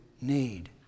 need